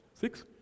Six